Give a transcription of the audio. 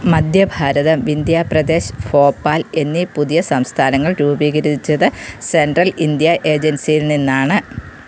മധ്യ ഭാരതം വിന്ധ്യ പ്രദേശ് ഭോപ്പാൽ എന്നീ പുതിയ സംസ്ഥാനങ്ങൾ രൂപീകരിച്ചത് സെൻട്രൽ ഇന്ത്യ ഏജൻസിയിൽ നിന്നാണ്